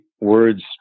words